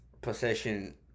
possession